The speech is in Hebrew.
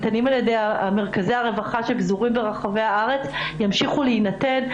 מרכזי הרווחה שפזורים ברחבי הארץ ימשיכו להינתן.